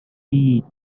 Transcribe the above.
deeds